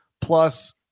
plus